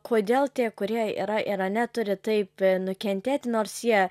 kodėl tie kurie yra irane turi taip nu kentėti nors jie